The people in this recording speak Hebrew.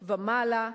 ומעלה.